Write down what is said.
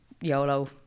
YOLO